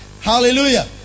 Hallelujah